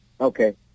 okay